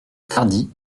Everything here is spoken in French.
tardy